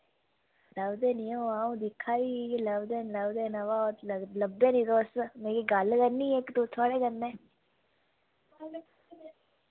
लभदे नी ओह् अ'ऊं दिक्खा दी ही कि लभदे नी लभदे न बा तुस लब्भी नी तुस मिकी गल्ल करनी ही इक तु थोआढ़े कन्नै